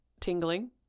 tingling